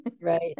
right